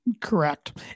Correct